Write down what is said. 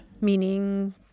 Meaning